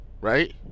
right